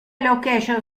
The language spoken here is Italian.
location